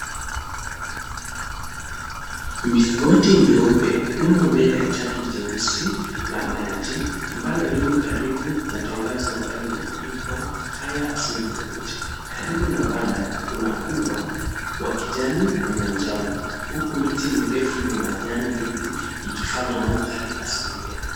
Mlingoti nyeupe umo mbele ya tanki jeusi la maji ambalo limo karibu na tangazo ambalo limeandikwa Fire assembly Point . Karibu na banda, kuna ua wa kijani na manjano, huku miti mirefu yenye majani mengi ikifanya mandhari asilia.